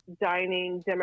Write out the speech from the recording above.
dining